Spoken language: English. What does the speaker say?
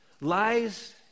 Lies